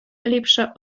ліпше